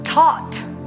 taught